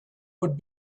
would